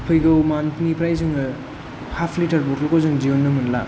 फैगौ मान्थ निफ्राय जोङो हाफ लिटार बथल खौ जों दिहुननो मोनला